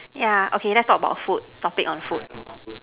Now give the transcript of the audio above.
yeah okay let's talk about food topic on food